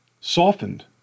softened